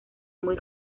muy